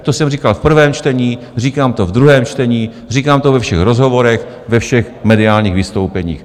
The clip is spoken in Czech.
To jsem říkal v prvém čtení, říkám to v druhém čtení, říkám to ve všech rozhovorech, ve všech mediálních vystoupeních.